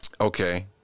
okay